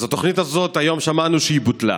אז התוכנית הזאת, היום שמענו שהיא בוטלה.